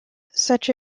such